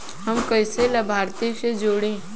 हम कइसे लाभार्थी के जोड़ी?